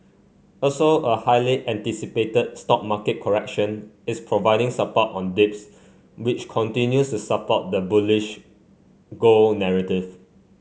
also a highly anticipated stock market correction is providing support on dips which continues to support the bullish gold narrative